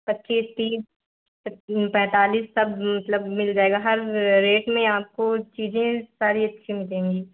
पच्चीस तीस प पैंतालिस सब मतलब मिल जाएगा हर रेट में आपको चीज़ें सारी अच्छी मिलेंगी